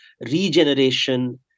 regeneration